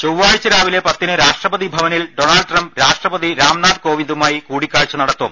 ചൊവ്വാഴ്ച രാവിലെ പത്തിന് രാഷ്ട്രപതി ഭവനിൽ ഡൊണാൾഡ് ട്രംപ് രാഷ്ട്രപതി രാംനാഥ് കോവിന്ദുമായി കൂടിക്കാഴ്ച നടത്തും